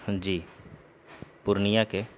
جی پورنیہ کے